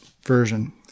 version